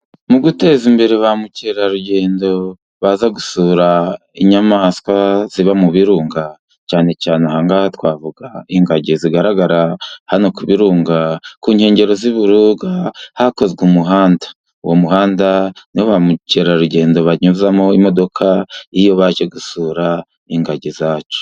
Mu guteza imbere ba mukerarugendo baza gusura inyamaswa ziba mu birunga, cyane cyane aha ngaha twavuga Ingagi zigaragara hano ku birunga ,ku nkengero z'ibirunga hakozwe umuhanda. Uwo muhanda ni wo ba mukerarugendo banyuzamo imodoka iyo baje gusura Ingagi zacu.